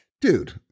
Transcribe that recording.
Dude